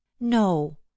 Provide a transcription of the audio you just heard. No